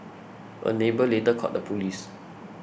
a neighbour later called the police